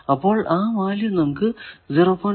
അപ്പോൾ ആ വാല്യൂ നമുക്ക് 0